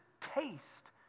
taste